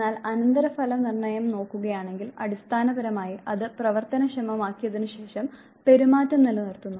എന്നാൽ അനന്തരഫല നിർണ്ണയം നോക്കുകയാണെങ്കിൽ അടിസ്ഥാനപരമായി അത് പ്രവർത്തനക്ഷമമാക്കിയതിനുശേഷം പെരുമാറ്റം നിലനിർത്തുന്നു